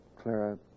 Clara